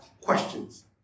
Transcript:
questions